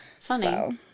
Funny